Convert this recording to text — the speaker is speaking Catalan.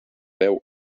veu